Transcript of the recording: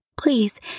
Please